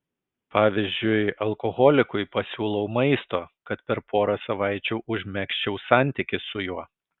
pavyzdžiui alkoholikui pasiūlau maisto kad per porą savaičių užmegzčiau santykį su juo